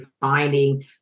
finding